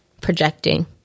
projecting